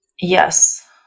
Yes